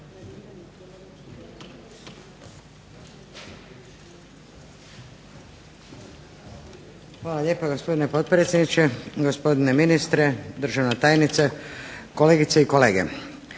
Hvala lijepa gospodine potpredsjedniče, gospodine ministre, državna tajnice, kolegice i kolege.